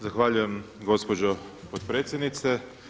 Zahvaljujem gospođo potpredsjednice.